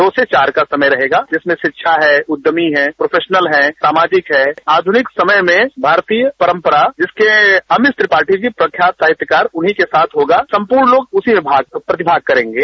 दो से चार का समय रहेगा इसमें शिक्षा है उद्यमि है प्रोफेशनल है सामाजिक है आधुनिक समय में भारतीय परम्परा जिनके अमित त्रिपाठी जी प्रख्यात साहित्यकार उन्हीं के साथ होगा सम्पूर्ण लोग उसी में भग प्रतिभग करेंगे